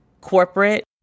corporate